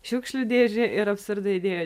šiukšlių dėžė ir absurdo idėjų